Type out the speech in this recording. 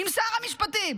עם שר המשפטים,